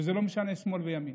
וזה לא משנה שמאל או ימין.